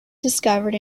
discovered